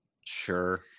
sure